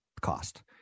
cost